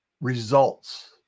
results